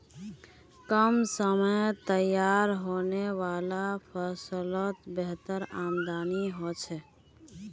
कम समयत तैयार होने वाला ला फस्लोत बेहतर आमदानी होछे